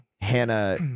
hannah